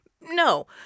No